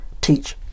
teach